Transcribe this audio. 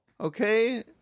okay